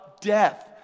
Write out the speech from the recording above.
death